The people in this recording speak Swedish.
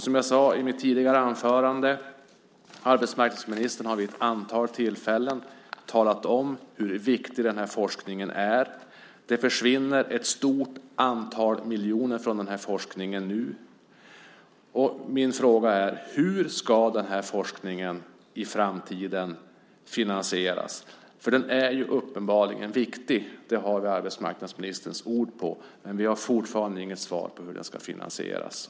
Som jag sade i mitt tidigare anförande har arbetsmarknadsministern vid ett antal tillfällen talat om hur viktig den forskningen är. Det försvinner nu ett stort antal miljoner från forskningen. Min fråga är: Hur ska forskningen finansieras i framtiden? Den är uppenbarligen viktig. Det har vi arbetsmarknadsministerns ord på. Men vi har fortfarande inget svar på hur den ska finansieras.